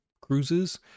cruises